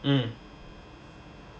mm